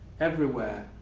everywhere,